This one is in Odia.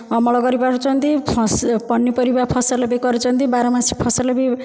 ଅମଳ କରିପାରୁଛନ୍ତି ଫସ ପନିପରିବା ଫସଲ ବି କରୁଛନ୍ତି ବାରମାସୀ ଫସଲ ବି